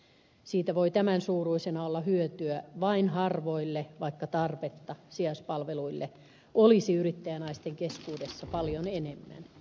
siitä voi tämän suuruisena olla hyötyä vain harvoille vaikka tarvetta sijaispalveluille olisi yrittäjänaisten keskuudessa paljon enemmän